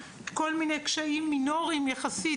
כל מיני קשיים מינוריים יחסית,